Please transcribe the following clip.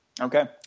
Okay